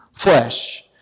flesh